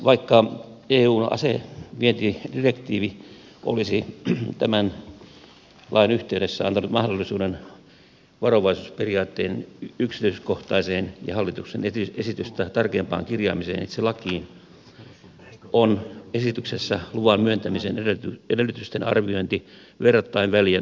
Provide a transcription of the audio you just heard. vaikka eun asevientidirektiivi olisi tämän lain yhteydessä antanut mahdollisuuden varovaisuusperiaatteen yksityiskohtaiseen ja hallituksen esitystä tarkempaan kirjaamiseen itse lakiin on esityksessä luvan myöntämisen edellytysten arviointi verrattain väljän kokonaisharkinnan varassa